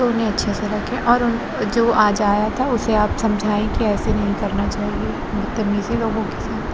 تو اُنہیں اچھے سے رکھیں اور اُن جو آج آیا تھا اُسے آپ سمجھائیں کہ ایسے نہیں کرنا چاہیے بدتمیزی لوگوں کے ساتھ